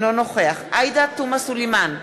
אינו נוכח עאידה תומא סלימאן,